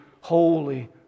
holy